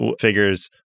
figures